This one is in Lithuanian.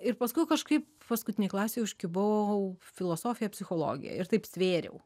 ir paskui kažkaip paskutinėj klasėj užkibau filosofija psichologija ir taip svėriau